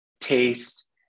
taste